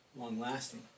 long-lasting